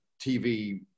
tv